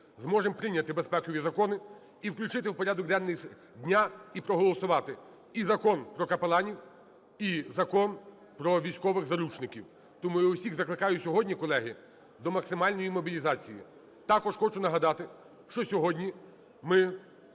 зможемо прийняти безпекові закони і включити в порядок денний, і проголосувати і Закон про капеланів, і Закон про військових заручників. Тому я усіх закликаю сьогодні, колеги, до максимальної мобілізації. Також хочу нагадати, що сьогодні ми